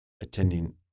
attending